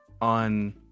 on